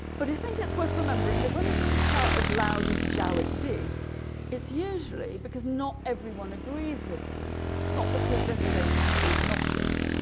but do you think it's worth remembering that when people shout as loud as joe it did it's usually because not everyone agrees with them not because they're stating the bleedin obvious